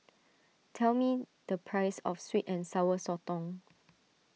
tell me the price of Sweet and Sour Sotong